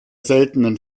seltenen